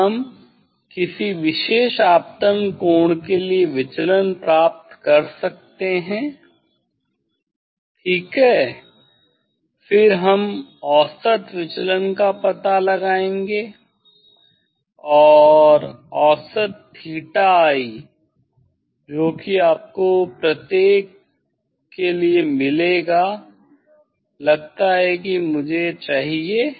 फिर हम किसी विशेष आपतन कोण के लिए विचलन प्राप्त कर सकते हैं ठीक है फिर हम औसत विचलन का पता लगाएंगे और औसत थीटा आई जो कि आपको प्रत्येक के लिए मिलेगा लगता है कि मुझे बस चाहिए